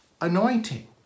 anointing